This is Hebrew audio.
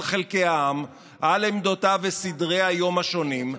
חלקי העם על עמדותיו וסדרי-היום השונים,